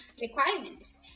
requirements